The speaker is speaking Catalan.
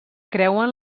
creuen